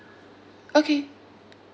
okay